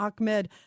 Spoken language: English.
Ahmed